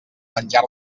menjar